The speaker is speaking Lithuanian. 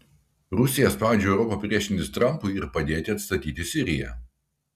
rusija spaudžia europą priešintis trampui ir padėti atstatyti siriją